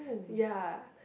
ya